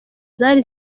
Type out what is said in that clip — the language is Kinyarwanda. zari